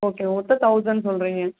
okay மொத்தம் thousand சொல்லுறிங்க